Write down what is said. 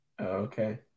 Okay